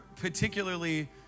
particularly